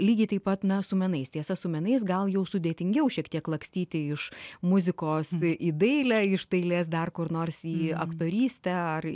lygiai taip pat na su menais tiesa su menais gal jau sudėtingiau šiek tiek lakstyti iš muzikos į dailę iš dailės dar kur nors į aktorystę ar į